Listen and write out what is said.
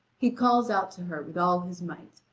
he calls out to her with all his might.